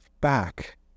back